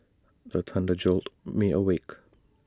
the thunder jolt me awake